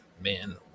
man